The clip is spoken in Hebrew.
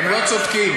הם לא צודקים.